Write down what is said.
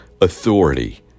authority